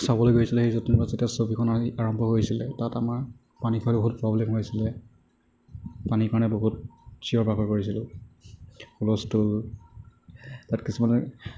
চাবলৈ গৈছিলোঁ সেই যতীন বৰা ছবিখনৰ আৰম্ভ হৈছিলে তাত আমাৰ পানীৰ কাৰণে বহুত প্ৰব্লেম হৈ আছিলে পানীৰ কাৰণে বহুত চিঞৰ বাখৰ কৰিছিলোঁ হুলস্থুল তাত কিছুমানে